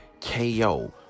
KO